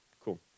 cool